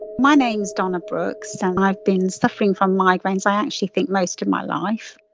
my name is donna brooks and i've been suffering from migraines i actually think most of my life.